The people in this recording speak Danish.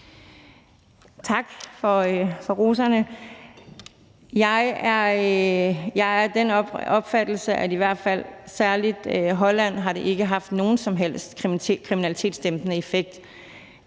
Tak for roserne. Jeg er af den opfattelse, at i hvert fald særlig i Holland har det ikke haft nogen som helst kriminalitetsdæmpende effekt.